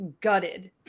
gutted